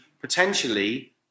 potentially